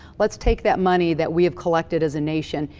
let's take that money that we have collected, as a nation,